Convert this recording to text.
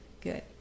Good